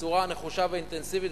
בצורה נחושה ואינטנסיבית,